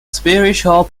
spiritual